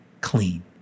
clean